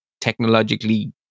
technologically